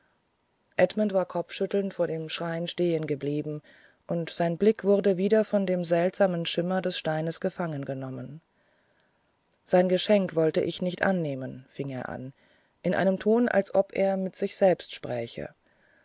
edmund war kopfschüttelnd vor dem schrein stehen geblieben und sein blick wurde wieder von dem seltsamen schimmer des steines gefangen genommen sein geschenk wollte ich nicht annehmen fing er an in einem ton als ob er mit sich selber spräche